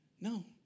no